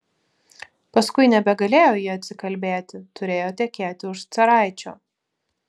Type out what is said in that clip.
paskui nebegalėjo ji atsikalbėti turėjo tekėti už caraičio